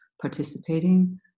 participating